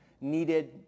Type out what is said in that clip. needed